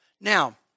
Now